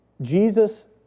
Jesus